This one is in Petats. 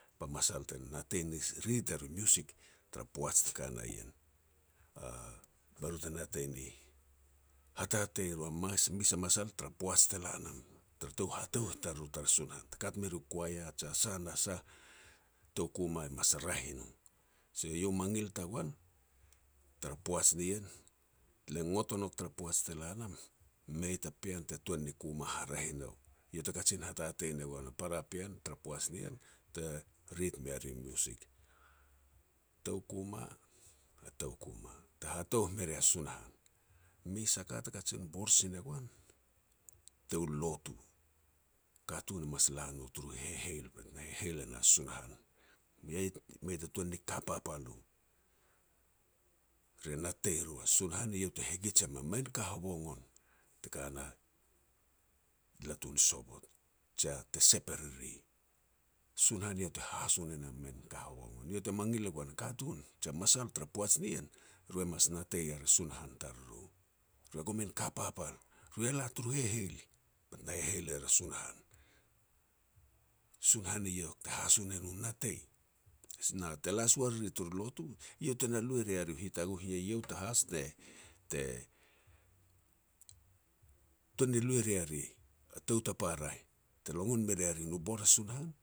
ba masal te natei ni rit er u music tara poaj te ka na ien, be ru te natei ni hatatei ru a mas mes a masal tara poaj te la nam, tara tou hatouh tariru tara Sunahan. Te kat me ru choir jia sah na sah, tou kuma e mas raeh e no, so iau mangil tagoan tara poaj nien. Le ngot o nouk tara poaj te la nam, mei ta pean te tuan ni kuma haraeh i nou, iau te kajin hatatei ne goan a para pean tara poaj nien, te rit mea ri u music. Tou Kuma, a tou Kuma te hatouh me ria Sunahan. Mes a ka te kajin bor sin e goan, tou lotu. Katun e mas la no turu heiheil bet me heiheil e na Sunahan, mei ta, mei ta tuan ni ka papal u. Ri e natei ro, Sunahan eiau te hegij em a min ka havoagon te ka na latu ni sovot, jia te sep e riri. Sunahan iau te hahaso ne na min ka hovoagon, iau te mangil me goan a katun jia masal tara poaj nien, ru e mas natei er a Sunahan tariru. Ru ia gomin ka papal, ru ia la turu heiheil, bet na heiheil er a Sunahan. Sunahan eiau te hahaso ne nu natei, na te la si ua riri turu lotu, iau te na lu e ria ri u hitaguh ne iau te haso te-te tuan ni lu e ria ri a tou tapa raeh, te longon me ria ri nu bor a Sunahan,